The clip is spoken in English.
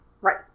Right